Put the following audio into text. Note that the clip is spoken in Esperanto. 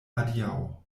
adiaŭ